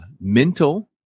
mental